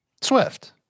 Swift